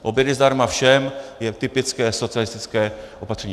Obědy zdarma všem je typické socialistické opatření.